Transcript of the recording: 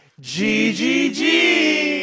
GGG